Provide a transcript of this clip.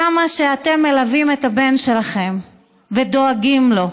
על כמה שאתם מלווים את הבן שלכם ודואגים לו.